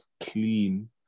clean